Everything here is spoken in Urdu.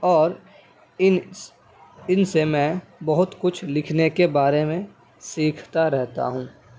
اور ان ان سے میں بہت کچھ لکھنے کے بارے میں سیکھتا رہتا ہوں